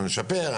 אנחנו נשפר,